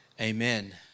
Amen